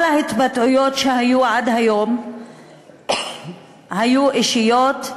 כל ההתבטאויות שהיו עד היום היו אישיות.